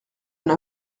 n’a